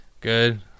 good